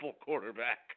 quarterback